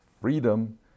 freedom